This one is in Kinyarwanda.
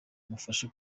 mumfashe